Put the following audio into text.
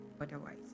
otherwise